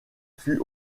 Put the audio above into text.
fut